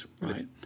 right